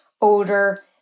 older